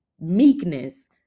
Meekness